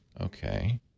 Okay